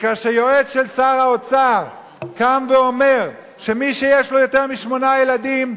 וכאשר יועץ של שר האוצר קם ואומר שמי שיש לו יותר משמונה ילדים,